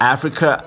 Africa